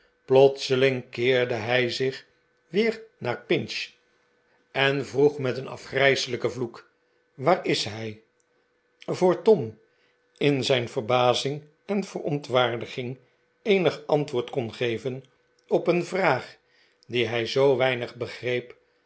plotseling keerde hij zich weer naar pinch en vroeg met een afgrijselijken vloek waar is hij voor tom in zijn verbazing en verontwaardiging eenig antwoord kon geven op een vraag die hij zoo weinig begreep